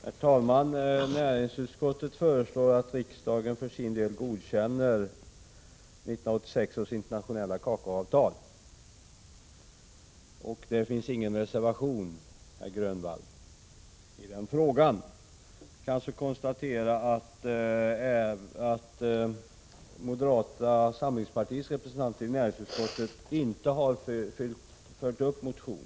Herr talman! Näringsutskottet föreslår att riksdagen godkänner 1986 års internationella kakaoavtal. Men det finns ingen reservation, Nic Grönvall, i den här frågan! Jag kan alltså konstatera att moderata samlingspartiets representant i näringsutskottet inte har följt upp sin motion.